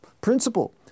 principle